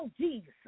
Jesus